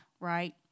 right